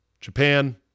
Japan